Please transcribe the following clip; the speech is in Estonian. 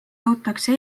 jõutakse